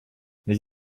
mais